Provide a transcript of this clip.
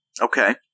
Okay